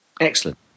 excellent